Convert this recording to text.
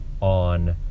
on